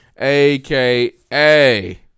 aka